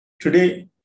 Today